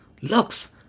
looks